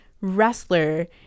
wrestler